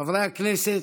חברי הכנסת,